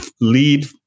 lead